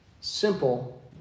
Simple